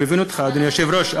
אני מבין אותך, אדוני היושב-ראש.